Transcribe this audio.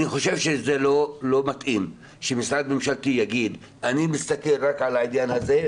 אני חושב שזה לא מתאים שמשרד ממשלתי יגיד שאני מסתכל על העניין הזה,